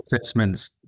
assessments